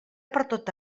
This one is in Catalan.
pertot